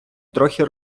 трохи